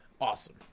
awesome